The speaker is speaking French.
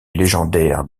légendaire